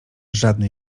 żadnej